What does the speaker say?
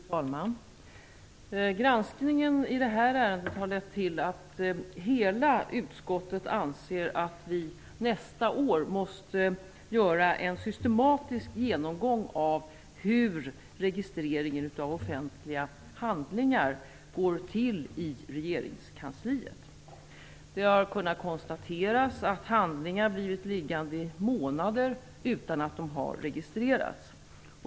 Fru talman! Granskningen i detta ärende har lett till att hela utskottet anser att vi nästa år måste göra en systematisk genomgång av hur registreringen av offentliga handlingar går till i regeringskansliet. Det har kunnat konstateras att handlingar blivit liggande i månader utan att de har registrerats.